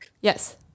Yes